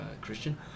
Christian